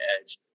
edge